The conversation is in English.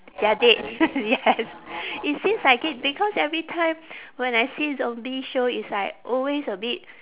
they are dead yes it seems like it because every time when I see zombie show it's like always a bit